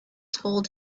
told